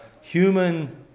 human